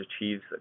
achieves